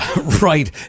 Right